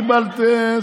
קיבלת?